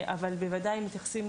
אבל בוודאי כאשר מתייחסים